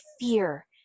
fear